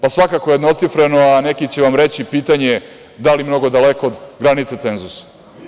Pa, svakako jednocifreno, a neki će vam reći pitanje da li mnogo daleko od granice cenzusa.